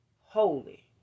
holy